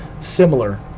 similar